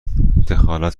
دخالت